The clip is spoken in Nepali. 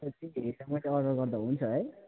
मैले अर्डर गर्दा हुन्छ है